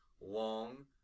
long